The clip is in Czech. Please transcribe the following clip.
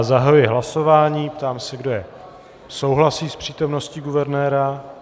Zahajuji hlasování a ptám se, kdo souhlasí s přítomností guvernéra.